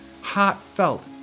heartfelt